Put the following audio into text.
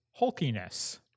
Hulkiness